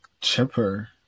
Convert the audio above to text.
Chipper